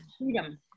freedom